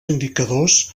indicadors